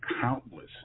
countless